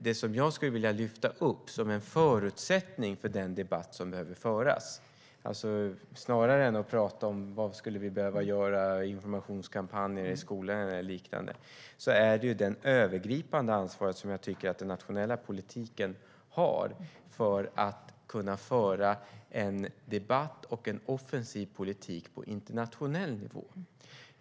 Det som jag skulle vilja lyfta upp som en förutsättning för den debatt som behöver föras - snarare än att tala om vad vi skulle behöva göra i informationskampanjer i skolan och liknande - är det övergripande ansvar som jag tycker att den nationella politiken har för att kunna föra en debatt och en offensiv politik på internationell nivå.